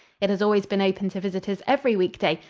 it has always been open to visitors every week-day,